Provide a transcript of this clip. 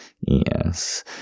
Yes